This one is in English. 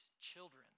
children